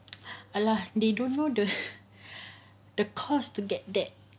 !alah! they don't know the the cost to get that